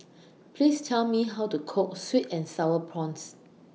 Please Tell Me How to Cook Sweet and Sour Prawns